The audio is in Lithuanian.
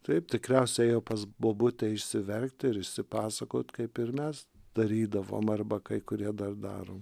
taip tikriausiai ėjo pas bobutę išsiverkti išsipasakot kaip ir mes darydavom arba kai kurie dar darom